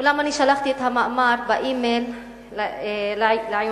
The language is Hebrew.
אולם אני שלחתי את המאמר באימייל לכתובת שלך,